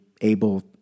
able